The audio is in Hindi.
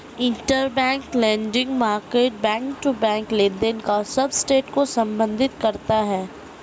interbank lending market back to back लेनदेन के सबसेट को संदर्भित करता है